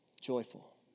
joyful